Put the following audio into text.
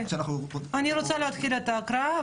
אני רוצה להתחיל את ההקראה,